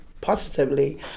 positively